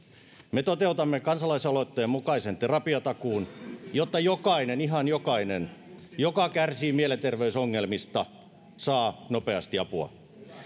me toteutamme kansalaisaloitteen mukaisen terapiatakuun jotta jokainen ihan jokainen joka kärsii mielenterveysongelmista saa nopeasti apua